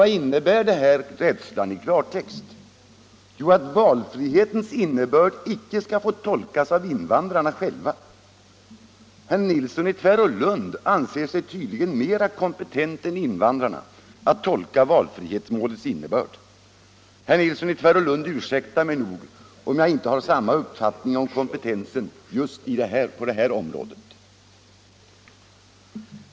Vad innebär den rädslan i klartext? Jo, att valfrihetens innebörd icke skall få tolkas av invandrarna själva. Herr Nilsson i Tvärålund anser sig tydligen mera kompetent än invandrarna att tolka valfrihetsmålets innebörd. Herr Nilsson i Tvärålund ursäktar mig nog, om jag inte har samma uppfattning om kompetensen just på det här området.